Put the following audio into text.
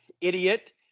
idiot